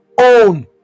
own